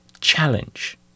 challenge